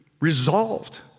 resolved